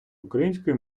українською